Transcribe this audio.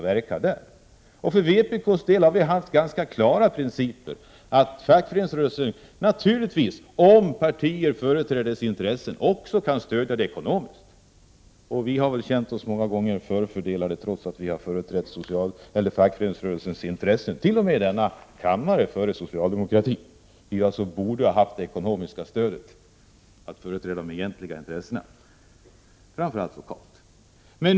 Vpk har följt den klara principen att fackföreningsrörelsen kan ekonomiskt stödja partier som företräder dess intressen. Vi har många gånger känt oss förfördelade trots att vi har företrätt fackföreningsrörelsens intressen, t.o.m. i denna kammare. Vi borde alltså ha fått ett ekonomiskt stöd för det, framför allt lokalt.